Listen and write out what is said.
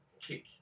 kick